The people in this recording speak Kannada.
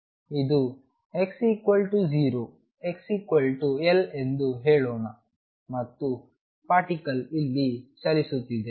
ಇದು x 0 x L ಎಂದು ಹೇಳೋಣ ಮತ್ತು ಪಾರ್ಟಿಕಲ್ ಇಲ್ಲಿ ಚಲಿಸುತ್ತಿದೆ